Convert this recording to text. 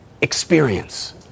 experience